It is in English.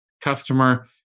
customer